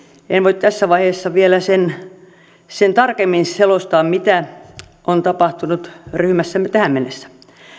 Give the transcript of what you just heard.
en voi tässä vaiheessa vielä tarkemmin selostaa mitä on tapahtunut ryhmässämme tähän mennessä